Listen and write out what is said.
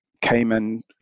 Cayman